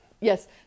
Yes